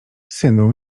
synu